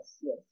yes